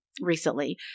recently